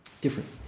different